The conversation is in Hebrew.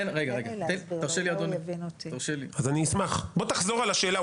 בוא תחזור על השאלה,